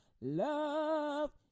love